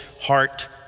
heart